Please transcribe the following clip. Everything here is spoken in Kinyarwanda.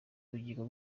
ubugingo